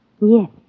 Yes